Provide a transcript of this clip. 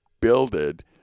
builded